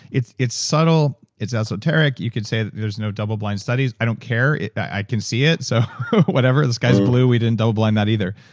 it's it's subtle. it's esoteric. you could say that there's no double blind studies. i don't care. i can see it, so whatever. this guy's blue. we didn't double blind that, either.